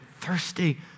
thirsty